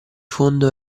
fondo